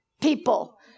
people